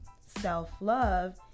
self-love